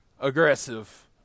aggressive